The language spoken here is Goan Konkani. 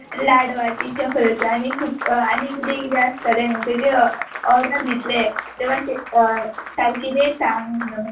लाडवाची चक्रेच्यो आनी खूब आनी कितें कितें आसतलें न्हय तेजे ऑडर दितलें तें मात्शें सारकी रेट सांग न्हय